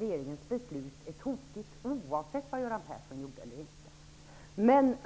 Regeringens beslut är tokigt oavsett vad Göran Persson gjorde eller inte gjorde.